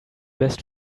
best